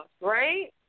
right